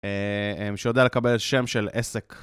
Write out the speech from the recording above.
שיודע לקבל שם של עסק.